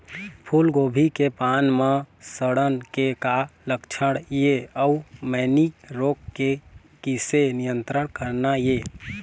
फूलगोभी के पान म सड़न के का लक्षण ये अऊ मैनी रोग के किसे नियंत्रण करना ये?